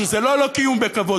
שזה לא לא קיום בכבוד,